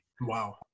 Wow